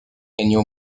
ennio